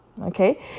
Okay